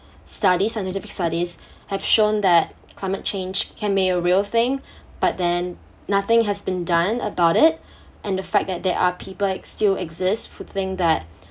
study scientific studies have shown that climate change can may a real thing but then nothing has been done about it and the fact that there are people ex~ still exist who think that